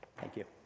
thank you.